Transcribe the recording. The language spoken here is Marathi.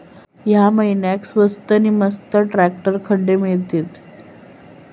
या महिन्याक स्वस्त नी मस्त ट्रॅक्टर खडे मिळतीत?